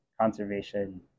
conservation